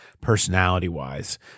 personality-wise